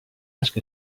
ask